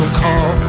call